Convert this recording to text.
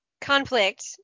conflict